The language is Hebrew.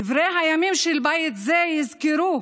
דברי הימים של בית זה יזכרו